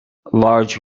large